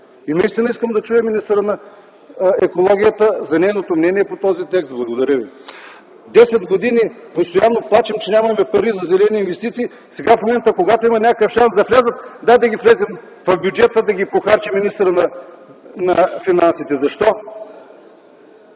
И наистина искам да чуя министъра на екологията за нейното мнение по този текст. Десет години постоянно плачем, че нямаме пари за зелени инвестиции, а сега в момента, когато има шанс да влязат, дайте, да влязат в бюджета, за да ги похарчи министъра на финансите. Защо?